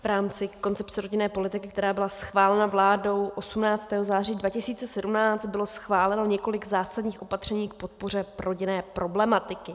V rámci koncepce rodinné politiky, která byla schválena vládou 18. září 2017, bylo schváleno několik zásadních opatření k podpoře rodinné problematiky.